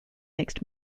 mixed